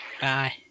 Bye